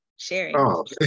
sharing